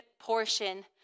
portion